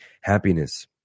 happiness